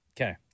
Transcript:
Okay